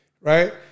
right